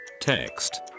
Text